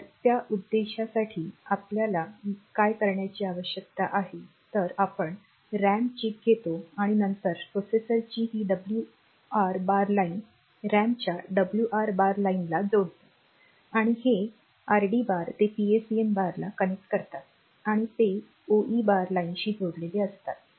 तर त्या उद्देशासाठी आपल्याला काय करण्याची आवश्यकता आहे तर आपण रॅम चिप घेतो आणि नंतर प्रोसेसरची ही WR बार लाइन रॅमच्या WR बार लाइनला जोडतो आणि हे RD बार ते PSEN बारला कनेक्ट करतात आणि ते ओई बार लाइनशी जोडलेले असतात